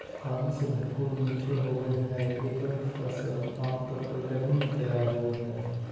पानी से भरपूर मीठे होबो हइ एगोर फ़सल आमतौर पर गर्मी में तैयार होबो हइ